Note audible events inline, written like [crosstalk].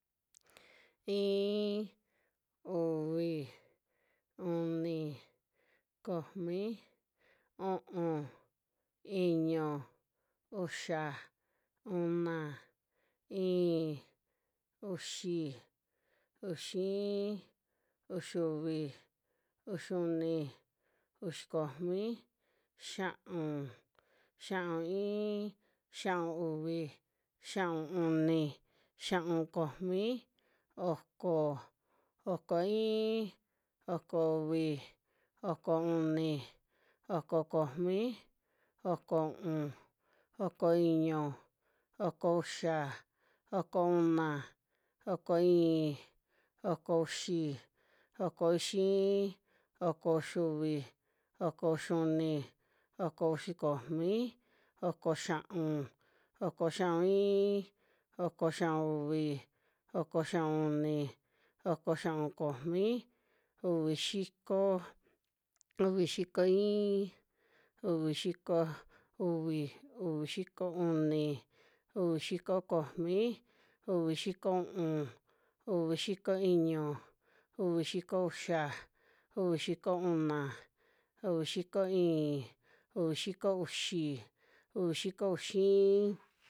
Iin, uvi, uni, komi, u'un, iñu, uxa, una, i'in, uxi, uxi iin, uxiuvi, uxiuni, uxi komi, xia'un, xia'un iin, xia'un uvi, xia'un uni, xia'un komi, oko, oko iin, oko uvi, oko uni, oko komi, oko u'un, oko iñu, oko uxa, oko una, oko i'in, oko uxi, oko uxi iin, oko uxiuvi, oko uxiuni, oko uxi komi, oko xia'un, oko xia'un iin, oko xia'un uvi, oko xia'un uni, oko xia'un komi, uvi xiko, [noise] uvi xiko iin, uvi xiko uvi, uvi xiko uni, uvi xiko komi, uvi xiko u'un, uvi xiko iñu, uvi xiko uxa, uvi xiko una, uvi xiko i'in, uvi xiko uxi, uvi xiko uxi iin.